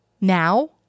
Now